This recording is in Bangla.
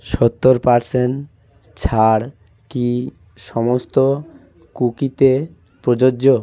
সত্তর পারসেন্ট ছাড় কি সমস্ত কুকিতে প্রযোজ্য